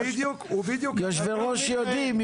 יושבי ראש יודעים.